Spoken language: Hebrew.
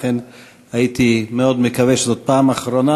לכן הייתי מאוד מקווה שזאת הפעם האחרונה